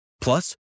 Plus